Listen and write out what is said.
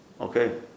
Okay